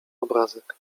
obrazek